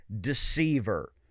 deceiver